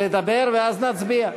לדבר, ואז נצביע.